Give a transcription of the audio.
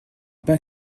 pas